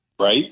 right